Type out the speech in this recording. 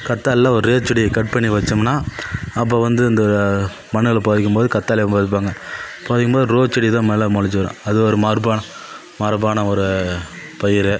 கத்தாழைல ஒரே செடியை கட் பண்ணி வெச்சம்னால் அப்போ வந்து இந்த மணலை புதைக்கம் போது கத்தாழையும் புதைப்பாங்க புதைக்கம் போது ரோஸ் செடி தான் மேல் மொளச்சு வரும் அது ஒரு மாருபான மரபான ஒரு பயிர்